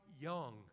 young